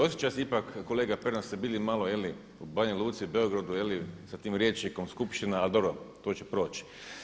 Osjeća se ipak, kolega Pernar ste bili malo u Banja Luci, Beogradu, sa tim rječnikom, skupština ali dobro to će proći.